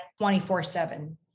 24/7